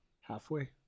Halfway